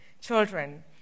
children